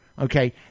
Okay